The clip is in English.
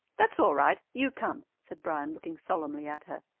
that's all right! you come! said bryan, looking solemnly at her.